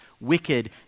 wicked